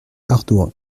ardouin